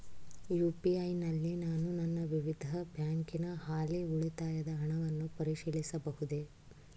UPI ನಲ್ಲಿ ನಾನು ನನ್ನ ವಿವಿಧ ಬ್ಯಾಂಕಿನ ಹಾಲಿ ಉಳಿತಾಯದ ಹಣವನ್ನು ಪರಿಶೀಲಿಸಬಹುದೇ?